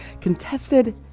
contested